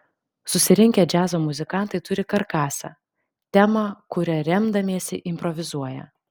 susirinkę džiazo muzikantai turi karkasą temą kuria remdamiesi improvizuoja